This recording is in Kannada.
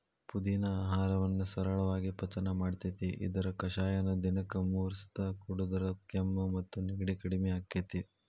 ಪುದಿನಾ ಆಹಾರವನ್ನ ಸರಳಾಗಿ ಪಚನ ಮಾಡ್ತೆತಿ, ಇದರ ಕಷಾಯನ ದಿನಕ್ಕ ಮೂರಸ ಕುಡದ್ರ ಕೆಮ್ಮು ಮತ್ತು ನೆಗಡಿ ಕಡಿಮಿ ಆಕ್ಕೆತಿ